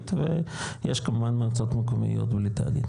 ויש כמובן מועצות מקומיות בלי תאגיד.